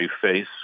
face